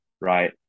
Right